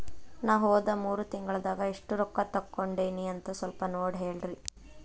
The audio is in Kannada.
ನಾ ಹೋದ ಮೂರು ತಿಂಗಳದಾಗ ಎಷ್ಟು ರೊಕ್ಕಾ ತಕ್ಕೊಂಡೇನಿ ಅಂತ ಸಲ್ಪ ನೋಡ ಹೇಳ್ರಿ